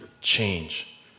change